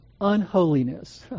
unholiness